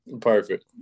Perfect